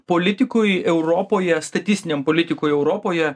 politikui europoje statistiniam politikui europoje